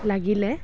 লাগিলে